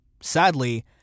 Sadly